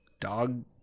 dog